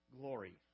glory